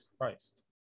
Christ